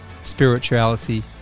spirituality